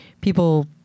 people